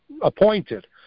appointed